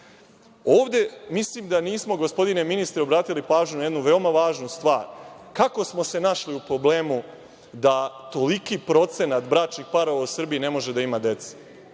gospodine ministre, da ovde nismo obratili pažnju na jednu veoma važnu stvar - kako smo se našli u problemu da toliki procenat bračnih parova u Srbiji ne može da ima dece?